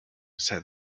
said